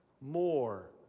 more